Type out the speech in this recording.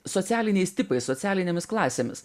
socialiniais tipais socialinėmis klasėmis